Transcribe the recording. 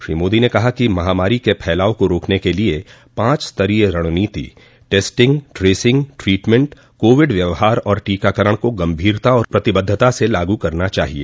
श्री मोदी ने कहा कि महामारी के फैलाव को रोकने के लिए पांच स्तरीय रणनीति टेस्टिंग ट्रेसिंग ट्रीटमेंट कोविड व्यवहार और टीकाकरण को गंभीरता और प्रतिबद्धता स लागू करना चाहिए